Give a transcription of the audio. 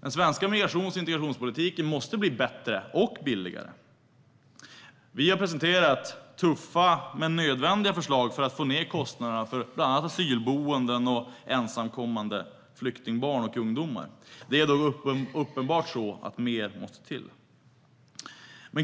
Den svenska migrations och integrationspolitiken måste bli bättre och billigare. Vi har presenterat tuffa men nödvändiga förslag för att sänka kostnaderna för bland annat asylboenden och ensamkommande flyktingbarn och ungdomar. Det är uppenbart att mer måste till.